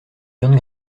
viande